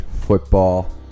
football